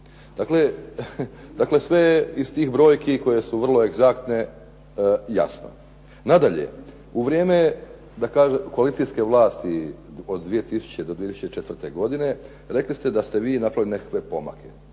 Dakle, sve je iz tih brojki koje su vrlo egzaktne jasno. Nadalje, u vrijeme koalicijske vlasti od 2000. do 2004. godine, rekli ste da ste vi napravili nekakve pomake.